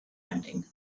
ending